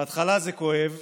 בהתחלה זה כואב,